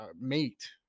mate